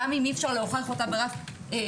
גם אם אי אפשר להוכיח אותה ברף פלילי,